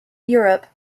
europe